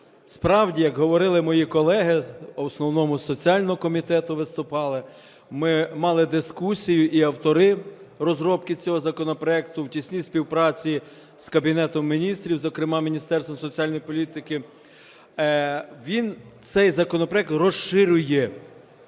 Справді, як говорили мої колеги, в основному з соціального комітету виступали, ми мали дискусію і автори розробки цього законопроекту в тісній співпраці з Кабінетом Міністрів, зокрема Міністерством соціальної політики, – він, цей законопроект розширює